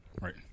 Right